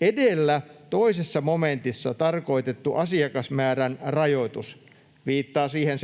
”Edellä 2 momentissa tarkoitettu asiakasmäärän rajoitus” — viittaa siihen